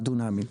הדונמים.